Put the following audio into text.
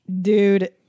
Dude